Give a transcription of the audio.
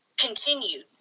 continued